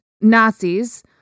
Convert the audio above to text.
Nazis